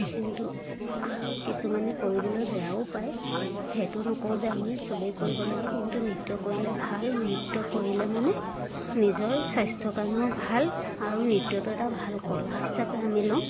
কিন্তু কিছুমানে কৰিবলৈ বেয়াও পায় সেইটো নকওঁ যে আমি চবেই কৰিব লাগে কিন্তু নৃত্য কৰিলে ভাল নৃত্য কৰিলে মানে নিজৰ স্বাস্থ্য কাৰণেও ভাল আৰু নৃত্যটো এটা ভাল কলা হিচাপে আমি লওঁ